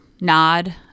nod